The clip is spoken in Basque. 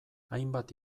hainbat